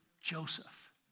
Joseph